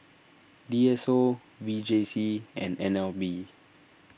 D S O V J C and N L B